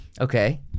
Okay